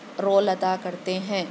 role ادا کرتے ہیں